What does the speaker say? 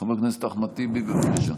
חבר הכנסת אחמד טיבי, בבקשה.